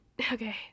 Okay